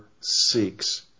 seeks